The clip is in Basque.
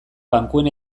bankuen